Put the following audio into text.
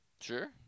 Sure